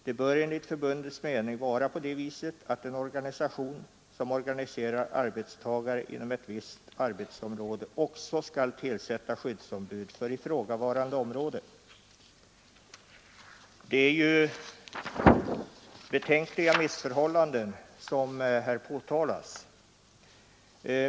Det bör enligt förbundets mening vara på det viset att den organisation som organiserar arbetstagare inom ett visst arbetsområde också skall tillsätta skyddsombud för ifrågavarande område.” Det är ju betänkliga missförhållanden som här påtalas.